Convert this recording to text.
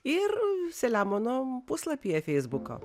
ir selemono puslapyje feisbuko